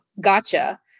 gotcha